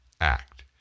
Act